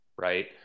Right